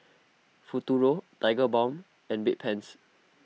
Futuro Tigerbalm and Bedpans